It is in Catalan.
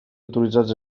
autoritzats